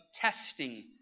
testing